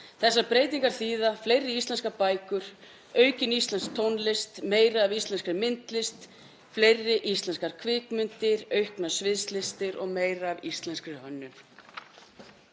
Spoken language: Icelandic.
Þessar breytingar þýða fleiri íslenskar bækur, aukin íslensk tónlist, meira af íslenskri myndlist, fleiri íslenskar kvikmyndir, auknar sviðslistir og meira af íslenskri hönnun.